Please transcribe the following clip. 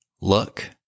Look